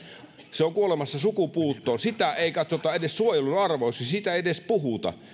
se on kuolemassa sukupuuttoon sitä ei katsota edes suojelun arvoiseksi siitä ei edes puhuta